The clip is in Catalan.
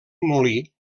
molí